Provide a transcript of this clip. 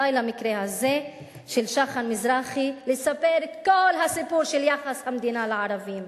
די במקרה הזה של שחר מזרחי לספר את הסיפור של יחס המדינה לערבים.